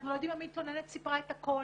אנחנו לא יודעים אם המתלוננת סיפרה את הכל.